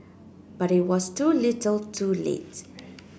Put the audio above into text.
but it was too little too late